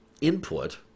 input